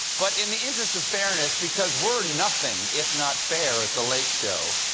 but in the interest of fairness because we're nothing if not fair at the late show